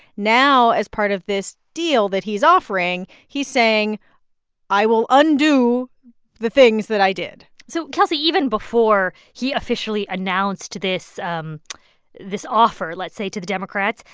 now, as part of this deal that he's offering, he's saying i will undo the things that i did so kelsey, even before he officially announced this um this offer, let's say, to the democrats,